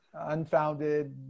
Unfounded